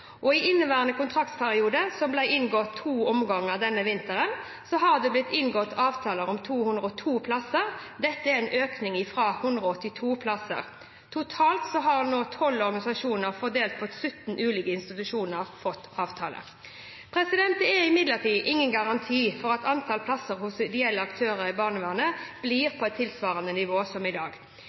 I inneværende kontraktsperiode, som ble inngått i to omganger denne vinteren, har det blitt inngått avtaler om 202 plasser. Dette er en økning fra 182 plasser. Totalt har nå 12 organisasjoner fordelt på 17 ulike institusjoner fått avtale. Det er imidlertid ingen garanti for at antall plasser hos ideelle aktører i barnevernet blir på tilsvarende nivå som i dag.